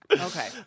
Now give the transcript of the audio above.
Okay